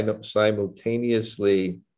simultaneously